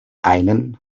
einen